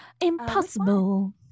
Impossible